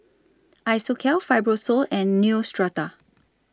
Isocal Fibrosol and Neostrata